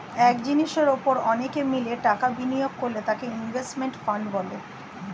এক জিনিসের উপর অনেকে মিলে টাকা বিনিয়োগ করলে তাকে ইনভেস্টমেন্ট ফান্ড বলে